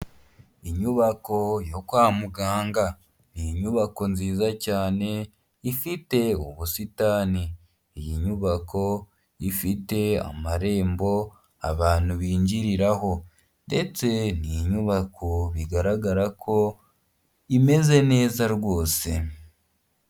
Inyubako yo kwa muganga, ni inyubako nziza cyane ifite ubusitani, iyi nyubako ifite amarembo abantu binjiriraho ndetse ni inyubako bigaragara ko imeze neza rwose.